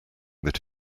that